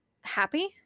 happy